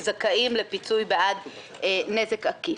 שזכאים לפיצוי בעד נזק עקיף.